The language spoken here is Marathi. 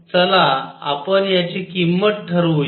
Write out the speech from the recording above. तर चला आपण याची किंमत ठरवूया